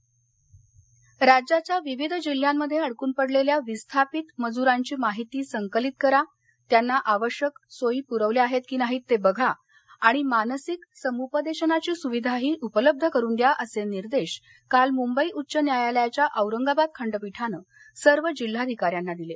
विस्थापित राज्याच्या विविध जिल्ह्यांमध्ये अडकून पडलेल्या विस्थापित मजूरांची माहिती संकलित करा त्यांना आवश्यक सोयी प्रवल्या आहेत की नाही ते बघा आणि मानसिक समुपदेशनाची सुविधाही उपलब्ध करून द्या असे निर्देश काल मुंबई उच्च न्यायालयाच्या औरंगाबाद खंडपीठानं सर्व जिल्हाधिकाऱ्यांना दिले